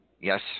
Yes